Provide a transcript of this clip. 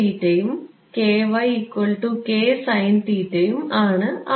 യും യും ആണ് അവ